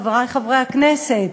חברי חברי הכנסת,